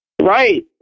Right